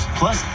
plus